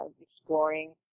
exploring